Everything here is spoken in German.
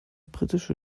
britische